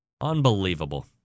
Unbelievable